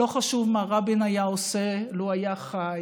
לא חשוב מה רבין היה עושה לו היה חי,